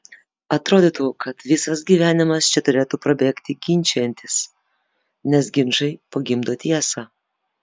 atrodytų kad visas gyvenimas čia turėtų prabėgti ginčijantis nes ginčai pagimdo tiesą